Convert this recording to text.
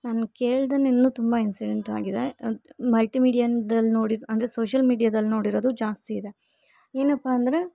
ನಾನು ಕೇಳ್ದೆನೇ ಇನ್ನು ತುಂಬಾ ಇನ್ಸಿಡೆಂಟ್ಸಾಗಿದೆ ಮಲ್ಟಿ ಮೀಡಿಯಾದಲ್ಲಿ ನೋಡಿರೋ ಅಂದರೆ ಸೋಶಿಯಲ್ ಮೀಡಿಯಾದಲ್ಲಿ ನೋಡಿರೋದು ಜಾಸ್ತಿ ಇದೆ ಏನಪ್ಪಾ ಅಂದರೆ